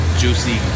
juicy